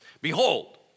Behold